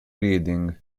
reading